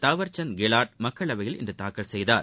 தவார் சந்த் கெல்லாட் மக்களவையில் இன்று தாக்கல் செய்தார்